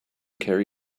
carry